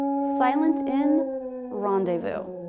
silent in rendezvous.